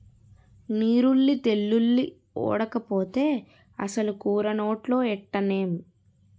నీరుల్లి తెల్లుల్లి ఓడకపోతే అసలు కూర నోట్లో ఎట్టనేం